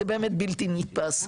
זה באמת בלתי נתפס.